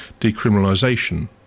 decriminalisation